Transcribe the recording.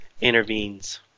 intervenes